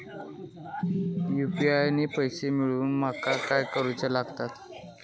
UPI ने पैशे मिळवूक माका काय करूचा लागात?